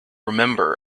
remember